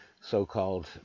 so-called